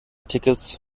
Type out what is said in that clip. tickets